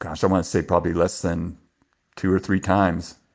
gosh, i want to say probably less than two or three times.